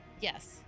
Yes